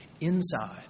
inside